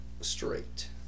straight